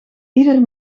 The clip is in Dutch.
ieder